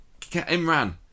Imran